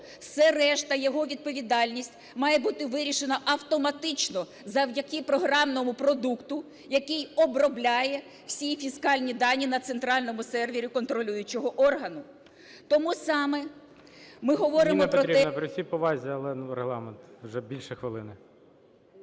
Все решта, його відповідальність має бути вирішена автоматично завдяки програмному продукту, який обробляє всі фіскальні дані на центральному сервері контролюючого органу. Тому саме ми говоримо про те…